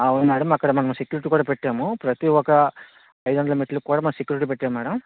అవును మేడమ్ అక్కడ మనం సెక్యూరిటీ కూడా పెట్టాము ప్రతీ ఒక అయిదు వందల మెట్లు కూడా మనం సెక్యూరిటీ పెట్టాము మేడమ్